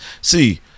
See